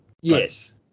Yes